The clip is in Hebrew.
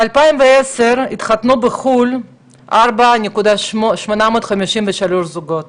בשנת 2010 התחתנו בחו"ל 4,853 זוגות.